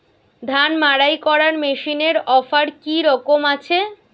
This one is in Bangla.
ধান মাড়াই করার মেশিনের অফার কী রকম আছে?